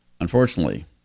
Unfortunately